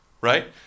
Right